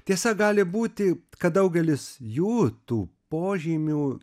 tiesa gali būti kad daugelis jų tų požymių